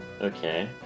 Okay